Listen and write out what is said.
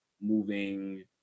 moving